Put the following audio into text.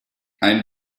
ein